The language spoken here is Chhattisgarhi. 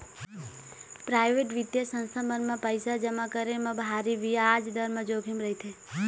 पराइवेट बित्तीय संस्था मन म पइसा जमा करे म भारी बियाज दर म जोखिम रहिथे